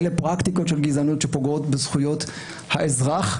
אלה פרקטיקות של גזענות שפוגעות בזכויות האזרח,